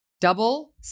double